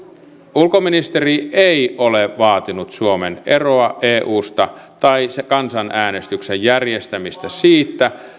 ulkoministeri ei ole vaatinut suomen eroa eusta tai kansanäänestyksen järjestämistä siitä